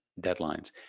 deadlines